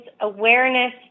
awareness